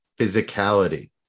physicality